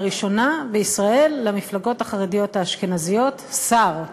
לראשונה בישראל למפלגות החרדיות האשכנזיות, שר.